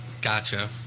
Gotcha